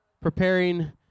preparing